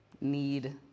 need